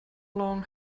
long